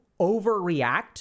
overreact